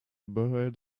buried